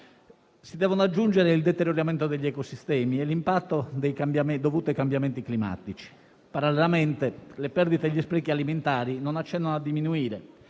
si devono aggiungere il deterioramento degli ecosistemi e l'impatto dovuti ai cambiamenti climatici. Parallelamente, le perdite e gli sprechi alimentari non accennano a diminuire